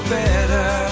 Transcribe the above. better